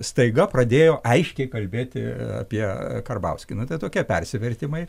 staiga pradėjo aiškiai kalbėti apie karbauskį nu tai tokie persivertimai